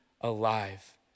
alive